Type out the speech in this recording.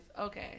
okay